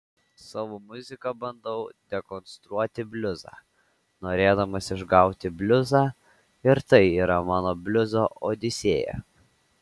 savo muzika bandau dekonstruoti bliuzą norėdamas išgauti bliuzą ir tai yra mano bliuzo odisėja